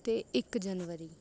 ਅਤੇ ਇੱਕ ਜਨਵਰੀ